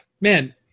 Man